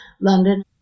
London